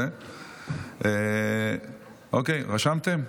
אוקיי, רשמתם?